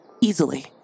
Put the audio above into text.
easily